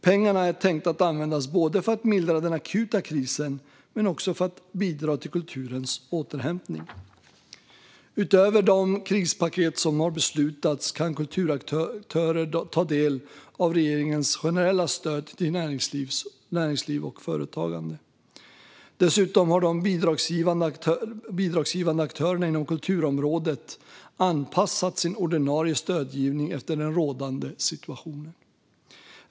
Pengarna är tänkta att användas både för att mildra den akuta krisen och för att bidra till kulturens återhämtning. Utöver de krispaket som har beslutats kan kulturaktörer ta del av regeringens generella stöd till näringsliv och företagande. Dessutom har de bidragsgivande aktörerna inom kulturområdet anpassat sin ordinarie stödgivning efter den rådande situationen.